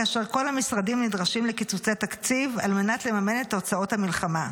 כאשר כל המשרדים נדרשים לקיצוצי תקציב על מנת לממן את הוצאות המלחמה,